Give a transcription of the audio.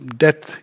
death